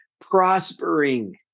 prospering